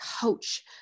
coach